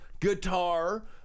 guitar